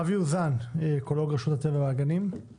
אבי אוזן, אקולוג רשות הטבע והגנים, בבקשה,